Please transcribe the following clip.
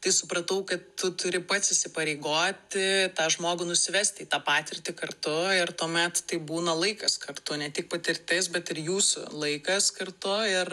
tai supratau kad tu turi pats įsipareigoti tą žmogų nusivesti į tą patirtį kartu ir tuomet tai būna laikas kartu ne tik patirtis bet ir jūsų laikas kartu ir